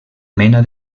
mena